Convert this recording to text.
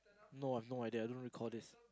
no I have no idea I don't recall this